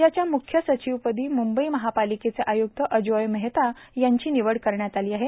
राज्याच्या म्ख्य सचिवपदी मंबई महापालिकेचे आय्क्त अजोय मेहता यांची निवड करण्यात आली आहे